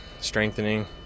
strengthening